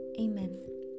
Amen